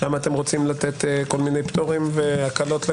אתם רוצים לתת כל מיני פטורים והקלות לרמ"י?